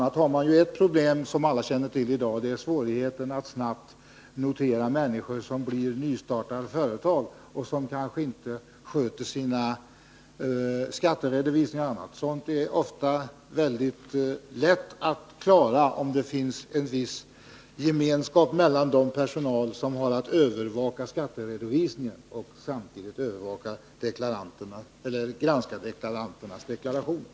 a. har man, som alla känner till, i dag ett problem, och det är svårigheterna att snabbt notera människor som nystartar företag och som kanske inte sköter sina skatteredovisningar och annat. Sådant är det ofta väldigt lätt att klara om det finns en viss gemenskap mellan den personal som har att övervaka skatteredovisningarna och samtidigt granska deklaranternas deklarationer.